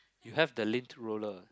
you have the lint roller